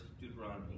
Deuteronomy